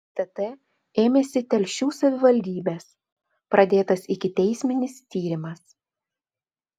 stt ėmėsi telšių savivaldybės pradėtas ikiteisminis tyrimas